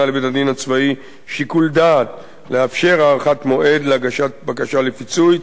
לבית-הדין הצבאי שיקול דעת לאפשר הארכת מועד להגשת בקשה לפיצוי,